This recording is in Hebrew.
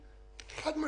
חד-משמעית.